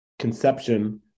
conception